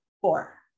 Four